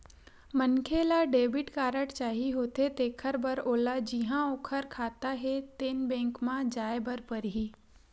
मनखे ल debit card चाही होथे तेखर बर ओला जिहां ओखर खाता हे तेन बेंक म जाए बर परही